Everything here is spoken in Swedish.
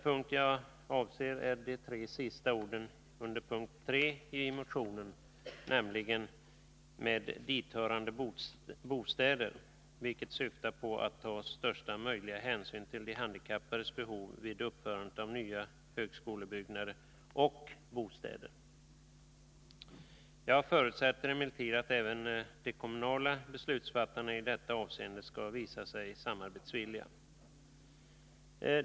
Vad jag avser är de tre sista orden under p.3 i motionen, nämligen ”med dithörande bostäder”, vilket syftar på att man skall ta största möjliga hänsyn till de handikappades behov vid uppförandet av nya högskolebyggnader och bostäder. Jag förutsätter emellertid att även de kommunala beslutsfattarna i detta avseende skall visa sig samarbetsvilliga.